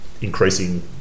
Increasing